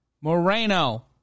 Moreno